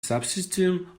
subsystem